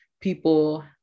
people